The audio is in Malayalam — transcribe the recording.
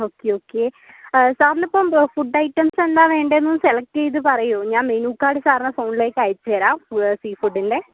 ഓക്കേ ഓക്കേ സാറിന് ഇപ്പം ഫുഡൈറ്റംസെന്താണ് വെണ്ടേയ്ന്ന് സെലക്ട് ചെയ്ത് പറയുമോ ഞാൻ മെനുകാർഡ് സാറിൻ്റെ ഫോൺലേക്കയച്ച് തരാം വ് സീഫുഡിൻ്റെ